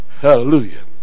Hallelujah